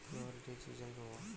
কিভাবে DTH recharge করব?